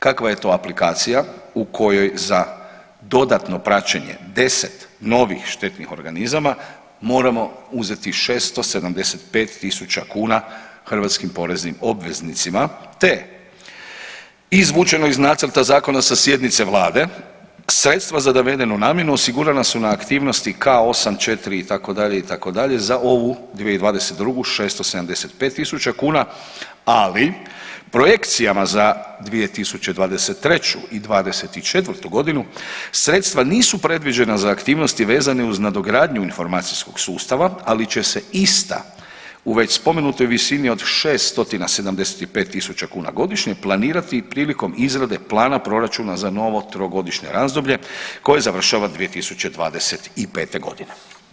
Kakva je to aplikacija u kojoj za dodatno praćenje 10 novih štetnih organizama moramo uzeti 675.000 kuna hrvatskim poreznim obveznicima te izvučeno iz nacrta zakona sa sjednice vlade, sredstva za navedenu namjenu osigurana su na aktivnosti K84 itd., itd., za ovu 2022. 675.000 kuna, ali projekcijama za 2023. i '24. godinu sredstva nisu predviđena za aktivnosti vezane uz nadogradnju informacijskog sustava ali će se ista u već spomenutoj visini od 675.000 godišnje planirati prilikom izrade plana proračuna za novo trogodišnjeg razdoblje koje završava 2025. godine.